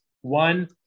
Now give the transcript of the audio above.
one